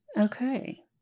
Okay